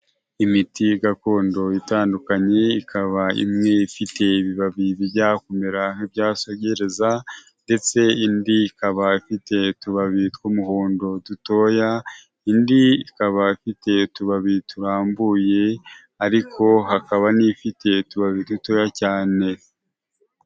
Imiti gakondo itandukanye ikaba imwe ifite ibibabi bijya kumera nk'ibyasogereza, ndetse indi ikaba ifite utubabi tw'umuhondo dutoya, indi ikaba ifite utubabi turambuye ariko hakaba n'ifite utubabi dutoya cyane.